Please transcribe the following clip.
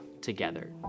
together